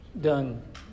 done